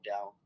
down